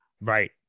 Right